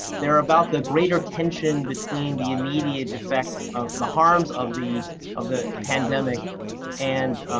they're about the greater tension between the immediate effects of the harms of the of the pandemic and,